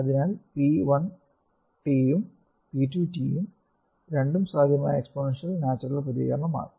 അതിനാൽ p 1t ഉം p 2t ഉം രണ്ടും സാധ്യമായ എക്സ്പോണൻഷ്യൽ നാച്ചുറൽ പ്രതികരണവും ആണ്